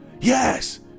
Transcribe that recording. yes